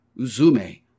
Uzume